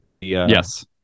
Yes